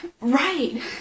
Right